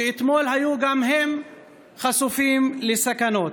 שאתמול גם הם היו חשופים לסכנות.